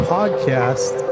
Podcast